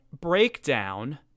breakdown